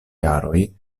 jaroj